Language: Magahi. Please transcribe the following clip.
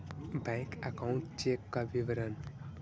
बैक अकाउंट चेक का विवरण?